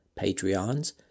Patreons